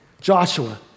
Joshua